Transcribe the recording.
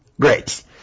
Great